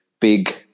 big